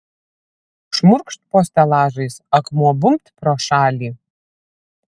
šmurkšt po stelažais akmuo bumbt pro šalį